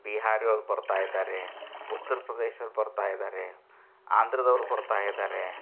ಬಿಹಾರಿಯವ್ರು ಬರ್ತಾ ಇದ್ದಾರೆ ಉತ್ತರ ಪ್ರದೇಶದವ್ರು ಬರ್ತಾ ಇದ್ದಾರೆ ಆಂಧ್ರದವ್ರು ಬರ್ತಾ ಇದ್ದಾರೆ